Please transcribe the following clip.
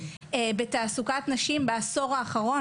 כי בסוף הדינמיקה שקורית בקרב הצעירים בחברה הערבית השתנתה,